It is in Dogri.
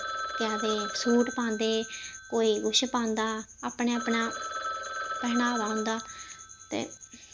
केह् आखदे सूट पांदे कोई कुछ पांदा अपना अपना पैह्नावा होंदा ते